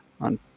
on